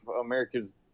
America's